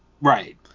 right